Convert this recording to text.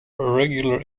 regular